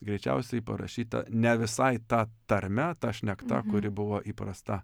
greičiausiai parašyta ne visai ta tarme ta šnekta kuri buvo įprasta